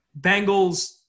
Bengals